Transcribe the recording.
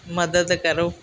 ਮਦਦ ਕਰੋ